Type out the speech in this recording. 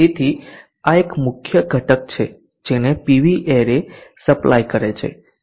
તેથી આ એક મુખ્ય ઘટક છે જેને પીવી એરે સપ્લાય કરે છે